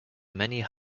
many